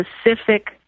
specific